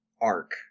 arc